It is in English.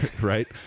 right